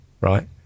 Right